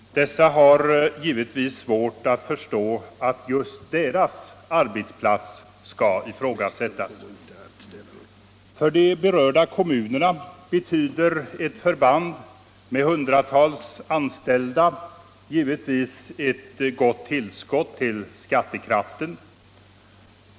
De människorna har givetvis svårt att förstå att just deras arbetsplats skall ifrågasättas. För de berörda kommunerna betyder ett förband med hundratals anställda givetvis ett gott tillskott till skattekraften.